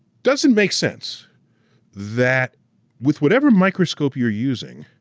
does it make sense that with whatever microscope you're using,